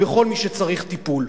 ובכל מי שצריך טיפול.